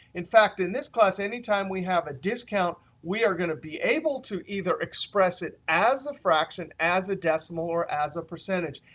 in fact, in this class, anytime we have a discount, we are going to be able to either express it as a fraction, as a decimal, or as a percentage.